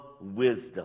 wisdom